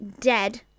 dead